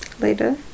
Later